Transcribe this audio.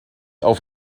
auf